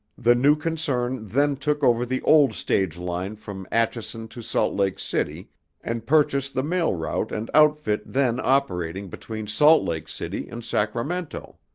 the new concern then took over the old stage line from atchison to salt lake city and purchased the mail route and outfit then operating between salt lake city and sacramento.